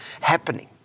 happening